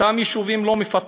את אותם יישובים לא מפתחים.